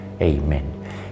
Amen